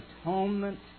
atonement